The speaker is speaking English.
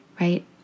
right